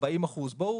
40 אחוזים,